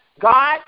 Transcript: God